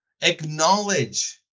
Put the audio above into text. acknowledge